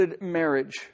marriage